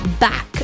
back